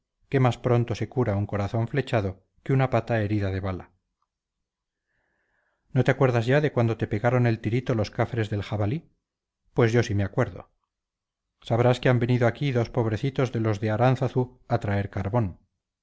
que más pronto se cura un corazón flechado que una pata erida de bala no te acuerdas ya de cuando te pegaron el tirito los cafres del jabalí pues yo sí me acuerdo sabrás que an venido aquí dos pobrecitos de los de aránzazu a traer carbón